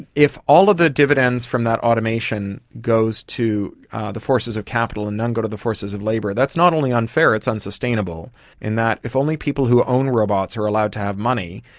if all of the dividends from that automation goes to the forces of capital and none go to the forces of labour, that's not only unfair, it's unsustainable in that if only people who own robots are allowed to have money,